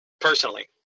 personally